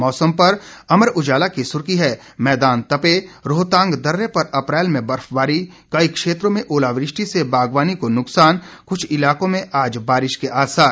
मौसम पर अमर उजाला की सुर्खी है मैदान तपे रोहतांग दर्रे पर अप्रैल में बर्फबारी कई क्षेत्रों में ओलावृष्टि से बागवानी को नुकसान कुछ इलाकों में आज बारिश के आसार